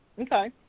Okay